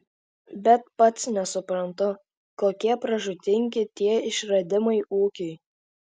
bet pats suprantu kokie pražūtingi tie išradimai ūkiui